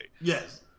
Yes